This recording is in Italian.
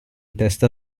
testa